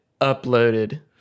uploaded